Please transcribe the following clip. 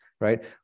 right